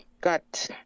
got